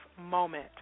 moment